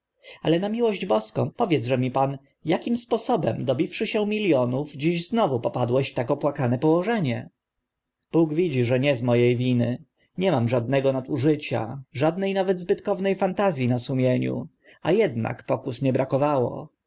ale na miłość boską powiedzże mi pan akim sposobem dobiwszy się milionów dziś znowu popadłeś w tak opłakane położenie bóg widzi że nie z mo e winy nie mam żadnego nadużycia żadne nawet zbytkowne fantaz i na sumieniu a ednak pokus nie brakowało